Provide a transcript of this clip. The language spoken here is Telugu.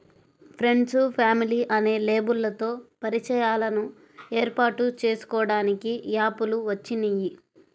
ఫ్రెండ్సు, ఫ్యామిలీ అనే లేబుల్లతో పరిచయాలను ఏర్పాటు చేసుకోడానికి యాప్ లు వచ్చినియ్యి